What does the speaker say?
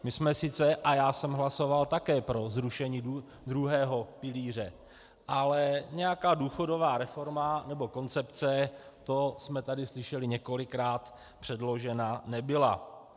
My jsme sice, a já jsem hlasoval také pro zrušení druhého pilíře, ale nějaká důchodová reforma nebo koncepce, to jsme tady slyšeli několikrát, předložena nebyla.